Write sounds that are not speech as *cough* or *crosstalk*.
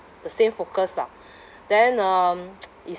the same focus lah then um *noise* is